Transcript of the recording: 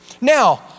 Now